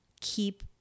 keep